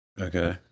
Okay